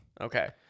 okay